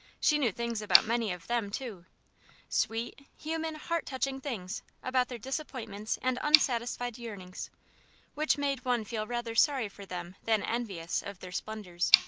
she knew things about many of them, too sweet, human, heart-touching things about their disappointments and unsatisfied yearnings which made one feel rather sorry for them than envious of their splendours.